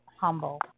humble